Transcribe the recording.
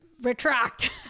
retract